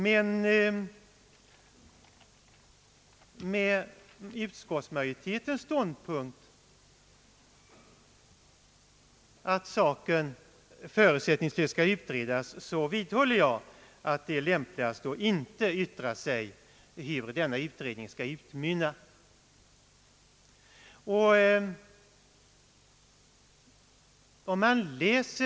Men med utskottsmajoritetens ståndpunkt, att saken förutsättningslöst skall utredas, vidhåller helgdagar jag att det är lämpligt att riksdagen inte uttalar sig om hur utredningen skall utmynna.